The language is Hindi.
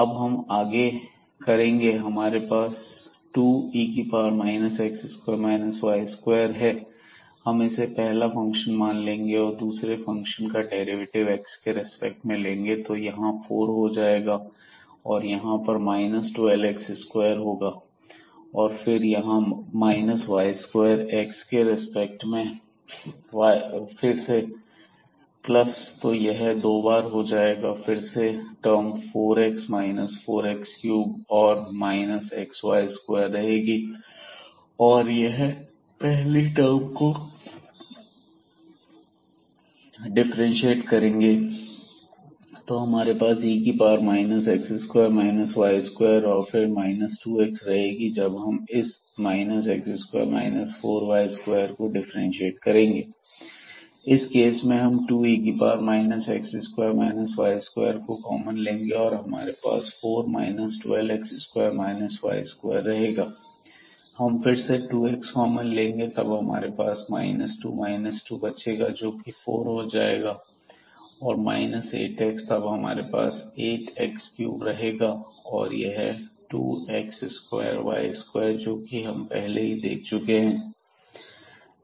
अब हम आगे करेंगे हमारे पास 2e x2 4y2 है हम इसे पहला फंक्शन मान लेंगे और दूसरे फंक्शन का डेरिवेटिव x के रिस्पेक्ट लेंगे तो यहां 4 हो जाएगा और यहां पर 12 x2 होगा और फिर यहां y2 x के रिस्पेक्ट में फिर प्लस तो यह दो बार हो जाएगा और फिर से यह टर्म4 x 4 x3 और xy2 रहेगी और हम पहली टर्म को डिफ्रेंशिएट करेंगे तो हमारे पास e x2 4y2 और फिर 2 x रहेगी जब हम इस x2 4 y2 को डिफ्रेंशिएट करेंगे इस केस में हम 2e x2 4y2 को कॉमन लेंगे और हमारे पास 4 12 x2 y2 रहेगा हम फिर से 2x कॉमन लेंगे तब हमारे पास 2 2 बचेगा यह 4 हो जाएगा और 8 x तब हमारे पास 8 x3 रहेगा और यह 2 x2y2 जो कि हम पहले ही देख चुके हैं